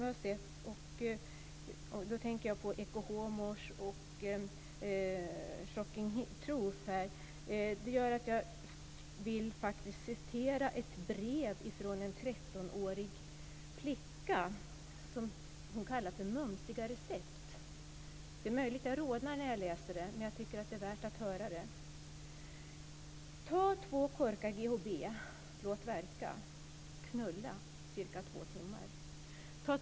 Jag tänker på Ecce Homo och Shocking truth. Det gör att jag faktiskt vill läsa upp ett brev från en 13-årig flicka. Hon kallar det för Mumsiga recept. Det är möjligt att jag rodnar när jag läser det, men jag tycker att det är värt att höra det: Ta två korkar GHB, låt verka! Knulla cirka två timmar.